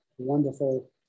wonderful